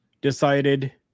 decided